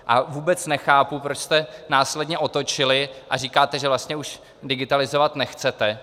A vůbec nechápu, proč jste následně otočili a říkáte, že vlastně už digitalizovat nechcete.